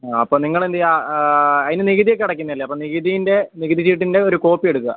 അപ്പോ നിങ്ങൾ എന്ത് ചെയ്യുക അതിന് നികുതിയൊക്കെ അടയ്ക്കുന്നതല്ലെ അപ്പോൾ നികുതീൻ്റെ നികുതി ചീട്ടിൻ്റെ ഒരു കോപ്പി എടുക്കുക